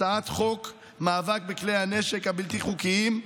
הצעת חוק מאבק בכלי הנשק הבלתי-חוקיים.